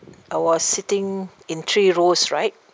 I was sitting in three rows right